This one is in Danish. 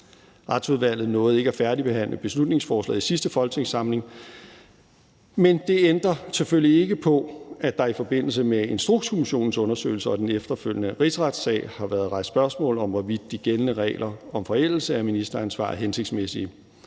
Retsudvalget nåede ikke at færdigbehandle beslutningsforslaget i sidste folketingssamling, men det ændrer selvfølgelig ikke på, at der i forbindelse med Instrukskommissionens undersøgelse og den efterfølgende rigsretssag har været rejst spørgsmål om, hvorvidt de gældende regler om forældelse af ministeransvar er hensigtsmæssige.